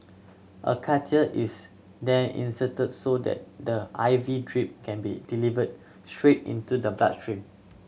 a catheter is then inserted so that the I V drip can be delivered straight into the blood stream